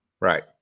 Right